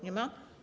Nie ma?